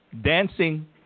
dancing